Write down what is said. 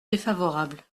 défavorable